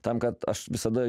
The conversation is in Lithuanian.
tam kad aš visada